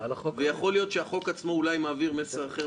ויכול להיות שהחוק עצמו אולי מעביר מסר אחר,